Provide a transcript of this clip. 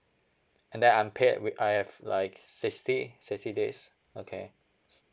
and then unpaid wait I have like sixty sixty days okay